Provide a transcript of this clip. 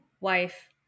wife